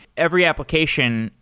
every application,